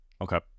okay